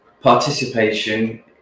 participation